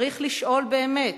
צריך לשאול באמת,